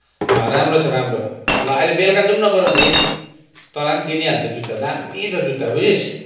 अँ राम्रो छ राम्रो अहिले बेलुका जाउँ न बरूभन्दा तलाई नि किनिहाल त्यो जुत्ता दामी छ जुत्ता बुझिस्